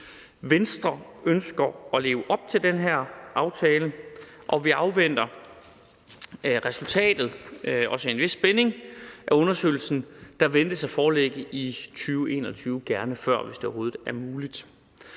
Venstre ønsker at leve op til den aftale, og vi afventer med en vis spænding resultatet af undersøgelsen, der ventes at foreligge i 2021, gerne før, hvis det overhovedet er muligt.